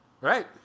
Right